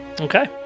okay